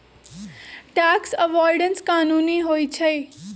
tax avoidance कानूनी होइ छइ